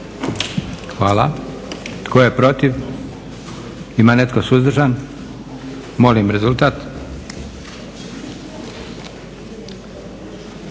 Hvala. Tko je protiv? Ima netko suzdržan? Molim rezultat.